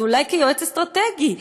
אז אולי כיועץ אסטרטגי,